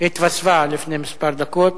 התווספה לפני כמה דקות.